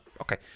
Okay